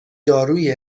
دارویی